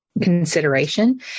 consideration